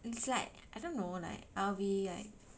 it's like I don't know like I'll be like